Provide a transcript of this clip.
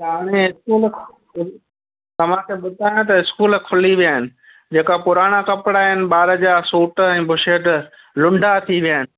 त हाणे स्कूल खुली तव्हां खे ॿुधायां स्कूल खुली विया आहिनि जे का पुराणा कपिड़ा आहिनि ॿार जा सूट ऐं बुशेट लूंडा थी विया आहिनि